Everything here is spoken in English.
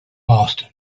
boston